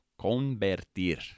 convertir